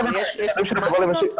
יש --- כזאת?